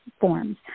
forms